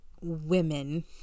women